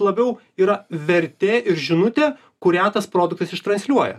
labiau yra vertė ir žinutė kurią tas produktas ištransliuoja